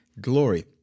Glory